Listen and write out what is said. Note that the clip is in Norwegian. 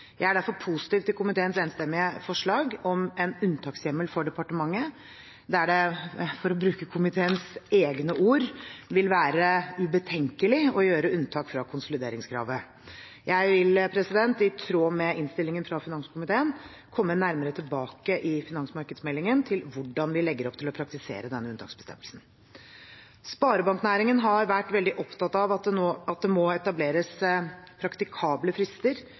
Jeg er derfor positiv til komiteens enstemmige forslag om en unntakshjemmel for departementet der det – for å bruke komiteens egne ord – vil være ubetenkelig å gjøre unntak fra konsolideringskravet. Jeg vil, i tråd med innstillingen fra finanskomiteen, komme nærmere tilbake i finansmarkedsmeldingen til hvordan vi legger opp til å praktisere denne unntaksbestemmelsen. Sparebanknæringen har vært veldig opptatt av at det må etableres praktikable frister